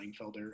Langfelder